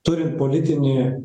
turint politinį